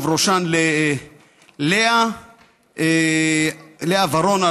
ובראשו ללאה ורון,